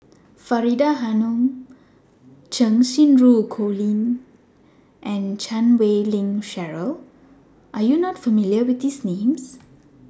Faridah Hanum Cheng Xinru Colin and Chan Wei Ling Cheryl Are YOU not familiar with These Names